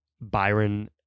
Byron